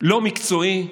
לא מקצועי,